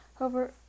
over